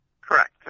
Correct